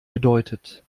bedeutet